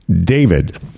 David